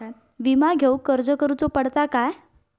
विमा घेउक अर्ज करुचो पडता काय?